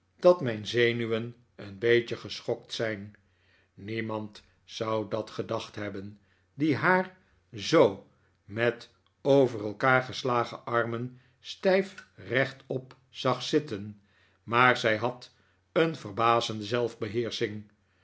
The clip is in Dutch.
dat mijn zenuwen een beetje geschokt zijn niemand zou dat gedacht hebben die haar zoo met over elkaar geslagen armen stijf rechtop zag zitten maar zij had een